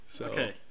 Okay